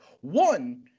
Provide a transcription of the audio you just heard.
One